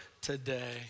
today